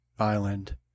island